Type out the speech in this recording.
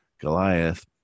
Goliath